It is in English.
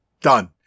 Done